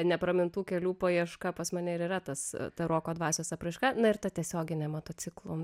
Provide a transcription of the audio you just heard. nepramintų kelių paieška pas mane ir yra tas ta roko dvasios apraiška na ir ta tiesioginė motociklų